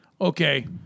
Okay